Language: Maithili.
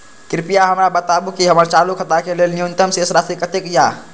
कृपया हमरा बताबू कि हमर चालू खाता के लेल न्यूनतम शेष राशि कतेक या